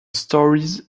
stories